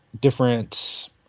different